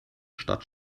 stadt